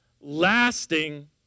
lasting